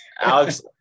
Alex